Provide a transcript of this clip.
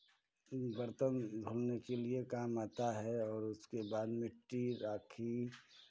बर्तन धोने के लिये काम आता है और उसके बाद मिट्टी राखी